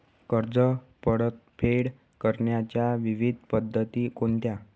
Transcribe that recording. कर्ज परतफेड करण्याच्या विविध पद्धती कोणत्या?